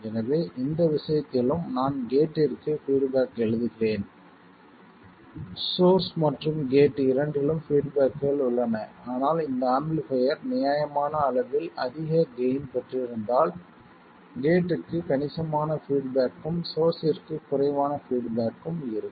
எனவே இந்த விஷயத்திலும் நான் கேட்டிற்கு பீட்பேக் எழுதுகிறேன் சோர்ஸ் மற்றும் கேட் இரண்டிலும் பீட்பேக்கள் உள்ளன ஆனால் இந்த ஆம்பிளிஃபைர் நியாயமான அளவில் அதிக கெய்ன் பெற்றிருந்தால் கேட்க்கு கணிசமான பீட்பேக்கும் சோர்ஸ்ஸிற்கு குறைவான பீட்பேக்கும் இருக்கும்